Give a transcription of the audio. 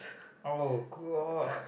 oh god